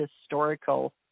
Historical